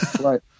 Right